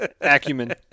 acumen